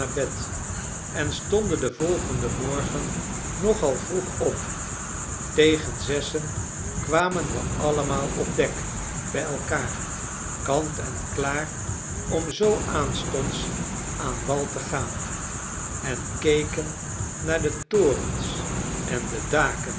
bed en stonden den volgenden morgen nogal vroeg op tegen zessen kwamen we allemaal op dek bij elkaar kant en klaar om zoo aanstonds aan wal te gaan en keken naar de toreris en de daken